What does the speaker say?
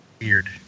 Weird